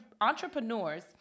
entrepreneurs